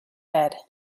head